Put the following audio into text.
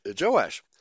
Joash